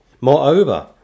Moreover